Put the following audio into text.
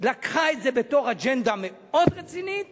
לקחה את זה בתור אג'נדה מאוד רצינית